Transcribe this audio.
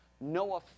Noah